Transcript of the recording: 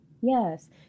Yes